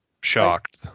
shocked